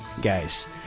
Guys